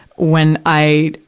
when i,